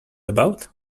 about